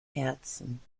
herzen